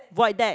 void deck